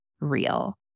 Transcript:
real